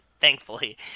thankfully